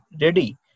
ready